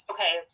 Okay